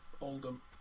Oldham